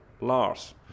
LARS